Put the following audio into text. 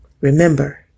Remember